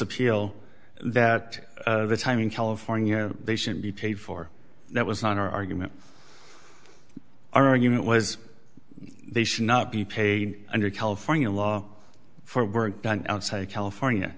appeal that the time in california they should be paid for that was an argument argument was they should not be paid under california law for work done outside of california